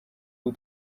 ubu